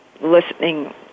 listening